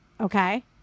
Okay